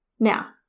Now